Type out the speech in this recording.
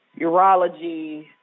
urology